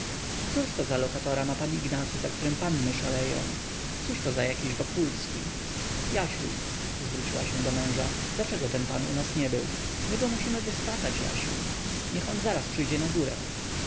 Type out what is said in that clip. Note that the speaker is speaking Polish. pretensyami cóżto za lokatora ma pan ignacy za którym panny szaleją cóżto za jakiś wokulski jasiu zwróciła się do męża dlaczego ten pan u nas nie był my go musimy wyswatać jasiu niech on zaraz przyjdzie na górę